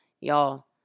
Y'all